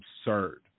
absurd